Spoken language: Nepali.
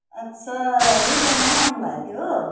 अच्छा यही गाउँमै आउनुभएको थियो हो